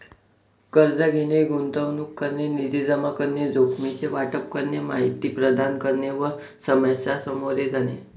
कर्ज घेणे, गुंतवणूक करणे, निधी जमा करणे, जोखमीचे वाटप करणे, माहिती प्रदान करणे व समस्या सामोरे जाणे